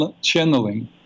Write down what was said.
channeling